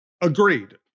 Agreed